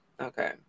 Okay